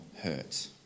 hurt